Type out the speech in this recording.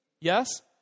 Yes